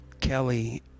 Kelly